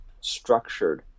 structured